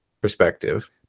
perspective